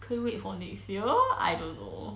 可以 wait for next year I don't know